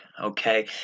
okay